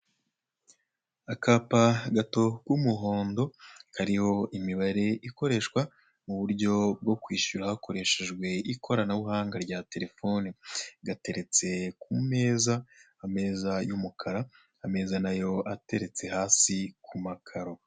Akapa gato k'umuhondo kariho imibare ikoreshwa mu buryo bwo kwishyura hakoreshejwe ikoranabuhanga rya telefone. Gateretse ku meza, ameza y'umukara, ameza nayo ateretse hasi ku makaro.